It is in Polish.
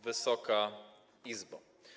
Wysoka Izbo!